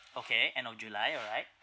okay end of july alright